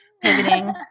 pivoting